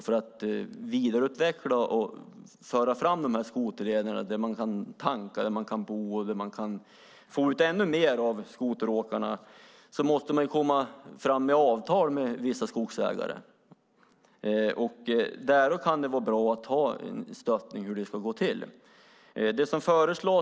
För att vidareutveckla och dra fram skoterlederna där man kan tanka och bo och där man kan få ut ännu mer av skoteråkarna är det nödvändigt att komma fram till avtal med vissa skogsägare. Därför kan det vara bra en stöttning när det gäller hur det ska gå till.